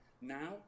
Now